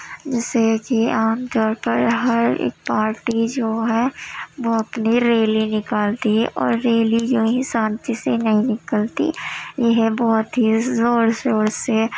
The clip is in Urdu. جیسے کہ عام طور پر ہر ایک پارٹی جو ہے وہ اپنی ریلی نکالتی ہے اور ریلی یوں ہی شانتی سے نہیں نکلتی یہ بہت ہی زور شور سے